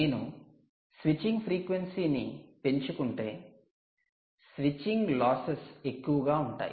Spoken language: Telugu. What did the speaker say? నేను స్విచ్చింగ్ ఫ్రీక్వెన్సీని పెంచుకుంటే స్విచ్చింగ్ లాస్సెస్ ఎక్కువగా ఉంటాయి